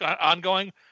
ongoing